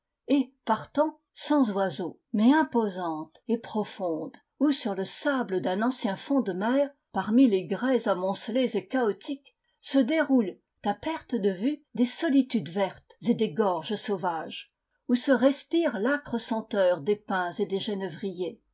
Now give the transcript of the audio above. et partant sans oiseaux mais imposante et profonde où sur le sable d'un ancien fond de mer parmi les grès amoncelés et chaotiques se déroulent à perte de vue des solitudes vertes et des gorges sauvages où se respire l'acre senteur des pins et des genévriers